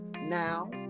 now